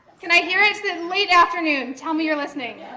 can i hear it? it's the late afternoon, tell me you're listening. yes.